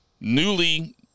newly